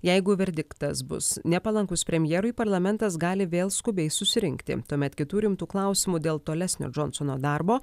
jeigu verdiktas bus nepalankus premjerui parlamentas gali vėl skubiai susirinkti tuomet kitų rimtų klausimų dėl tolesnio džonsono darbo